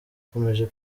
akomeje